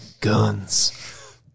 guns